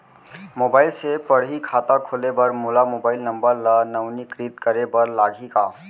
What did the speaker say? Mobile से पड़ही खाता खोले बर मोला मोबाइल नंबर ल नवीनीकृत करे बर लागही का?